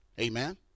amen